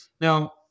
Now